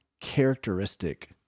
characteristic